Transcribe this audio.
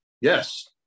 Yes